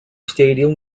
stadium